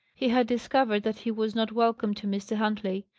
he had discovered that he was not welcome to mr. huntley.